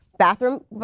Bathroom